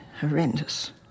horrendous